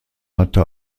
hatte